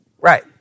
Right